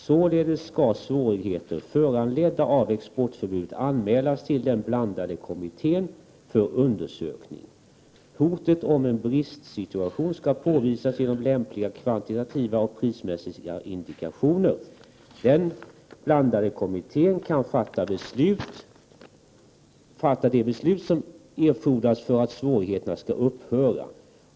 Således skall svårigheter föran ledda av exportförbudet anmälas till den blandade kommittén för undersökning. Hotet om en bristsituation skall påvisas genom lämpliga kvantitativa och prismässiga indikationer. Den blandade kommittén kan fatta de beslut som erfordras för att svårigheterna skall upphöra.